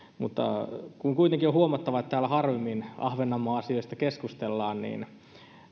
mutta kun kuitenkin on huomattava että täällä harvemmin ahvenanmaan asioista keskustellaan niin